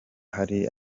hari